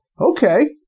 Okay